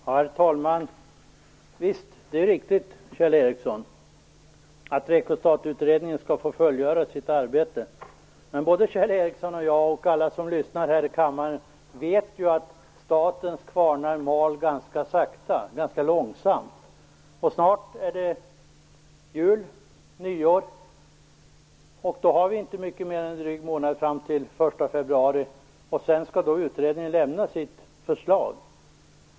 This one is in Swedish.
Herr talman! Visst, det är riktigt, Kjell Eriksson, att REKO-STAT-utredningen skall få fullgöra sitt arbete. Men Kjell Ericsson, jag och alla som lyssnar här i kammaren vet ju att statens kvarnar mal ganska långsamt. Snart är det jul och nyår, och då är det inte mycket mer än en dryg månad fram till den 1 februari. Utredningen skall sedan lämna sitt förslag.